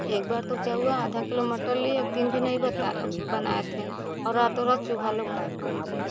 एक बार तो क्या हुआ आधा किलो मटर लिए एक दिन भी नहीं बता बनाए थे और रातों रात चूहे लोग ग़ायब कर दिए